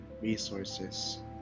resources